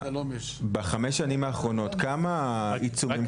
בחמש שנים האחרונות כמה עיצומים כספיים נתתם?